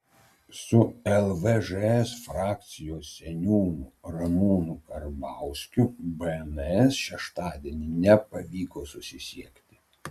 su lvžs frakcijos seniūnu ramūnu karbauskiu bns šeštadienį nepavyko susisiekti